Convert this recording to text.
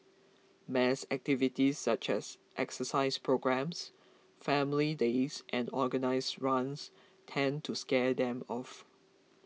mass activities such as exercise programmes family days and organised runs tend to scare them off